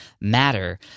matter